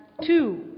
two